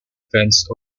defence